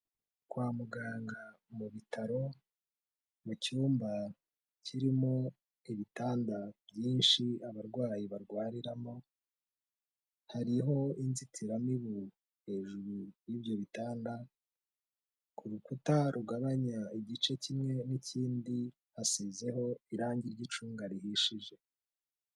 Kwa muganga mu bitaro mu cyumba kirimo ibitanda byinshi abarwayi barwariramo, hariho inzitiramibu hejuru y'ibyo bitanda, ku rukuta rugabanya igice kimwe n'ikindi hasizeho irangi ry'icunga rihishije.